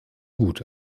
gut